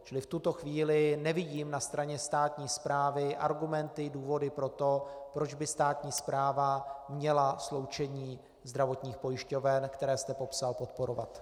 Čili v tuto chvíli nevidím na straně státní správy argumenty i důvody pro to, proč by státní správa měla sloučení zdravotních pojišťoven, které jste popsal, podporovat.